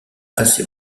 assez